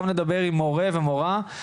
גם לדבר עם מורה ומורה.